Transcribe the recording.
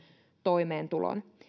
toimeentulon